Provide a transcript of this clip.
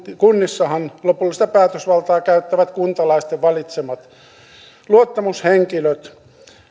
kunnissahan lopullista päätösvaltaa käyttävät kuntalaisten valitsemat luottamushenkilöt